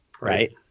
Right